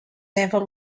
never